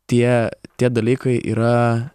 tie tie dalykai yra